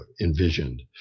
envisioned